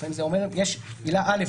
לפעמים יש עילה א',